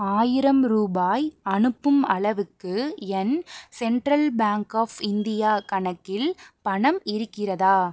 ஆயிரம் ரூபாய் அனுப்பும் அளவுக்கு என் சென்ட்ரல் பேங்க் ஆஃப் இந்தியா கணக்கில் பணம் இருக்கிறதா